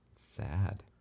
Sad